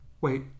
Wait